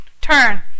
turn